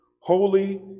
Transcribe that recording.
holy